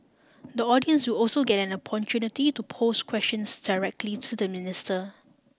the audience will also get an opportunity to pose questions directly to the minister